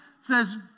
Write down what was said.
says